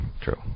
true